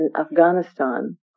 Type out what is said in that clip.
Afghanistan